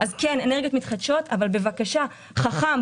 אז כן, אנרגיות מתחדשות, אבל בבקשה חכם.